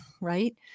right